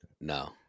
No